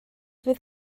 fydd